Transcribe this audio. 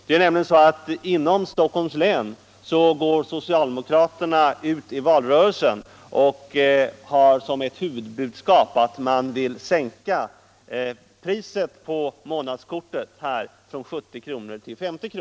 Det är i varje fall så att socialdemokraterna i Stockholms län går ut i valrörelsen med ett huvudbudskap om att sänka priset på månadskortet i länet från 70 kr. till 50 kr.